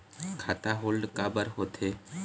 खाता होल्ड काबर होथे?